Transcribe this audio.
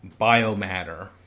biomatter